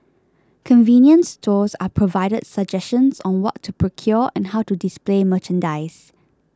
convenience stores are provided suggestions on what to procure and how to display merchandise